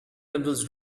themselves